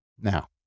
now